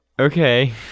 okay